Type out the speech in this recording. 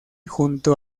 junto